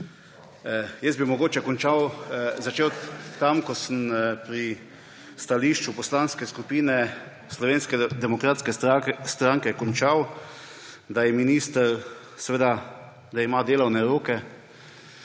Jaz bi mogoče začel tam, ko sem pri stališču Poslanske skupine Slovenske demokratske stranke končal, da minister ima delovne roke,